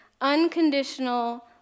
unconditional